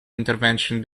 intervention